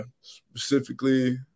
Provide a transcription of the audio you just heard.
specifically